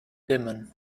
dimmen